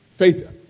Faith